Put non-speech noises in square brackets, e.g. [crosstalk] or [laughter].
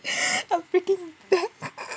[breath] a freaking bat [laughs]